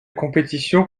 compétition